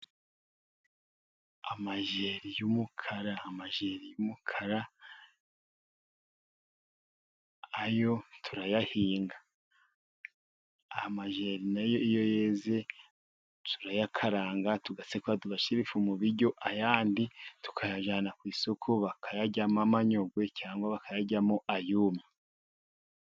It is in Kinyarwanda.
Amajeri y'umukara, amajeri y'umukara ayo turayahinga, amajeri na yo iyo yeze turayakaranga tugasekura, tugashyira ifu mu biryo ayandi tukayajyana ku isoko, bakayaryamo amanyogwe cyangwa bakayaryamo ayumye.